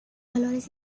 valores